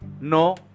No